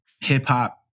hip-hop